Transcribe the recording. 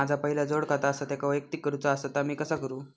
माझा पहिला जोडखाता आसा त्याका वैयक्तिक करूचा असा ता मी कसा करू?